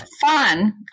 fun